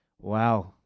Wow